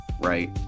right